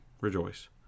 rejoice